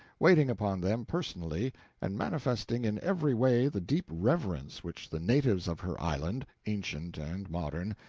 waiting upon them personally and manifesting in every way the deep reverence which the natives of her island, ancient and modern,